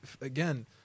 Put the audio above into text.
again